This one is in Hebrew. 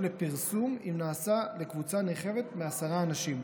לפרסום אם נעשה לקבוצה נרחבת מעשרה אנשים,